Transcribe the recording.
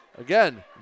Again